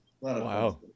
Wow